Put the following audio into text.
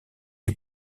est